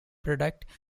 product